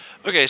Okay